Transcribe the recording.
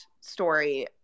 story